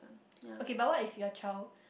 okay but if your child